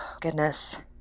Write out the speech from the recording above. goodness